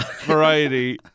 variety